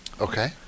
Okay